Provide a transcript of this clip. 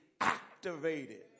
activated